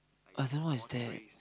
I don't know what is that